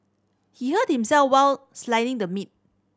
he hurt himself while slicing the meat